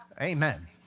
Amen